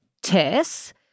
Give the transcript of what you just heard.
tests